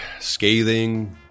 scathing